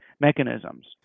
mechanisms